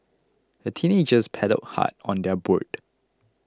the teenagers paddled hard on their boat